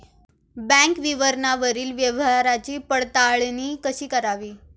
Bank विवरणावरील व्यवहाराची पडताळणी कशी करावी?